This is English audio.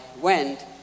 went